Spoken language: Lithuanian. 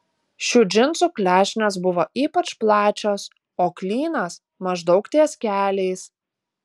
šių džinsų klešnės buvo ypač plačios o klynas maždaug ties keliais